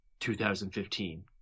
2015